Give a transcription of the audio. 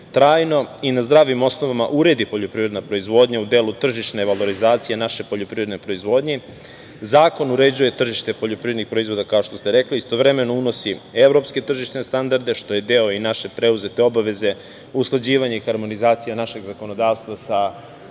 i na zdravim osnovama uredi poljoprivredna proizvodnja u delu tržišne valorizacije u našoj poljoprivrednoj proizvodnji. Zakon uređuje tržište poljoprivrednih proizvoda, kao što ste rekli. Istovremeno unosi evropske tržišne standarde, što je deo i naše preuzete obaveze, usklađivanje i harmonizacija našeg zakonodavstva sa